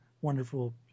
wonderful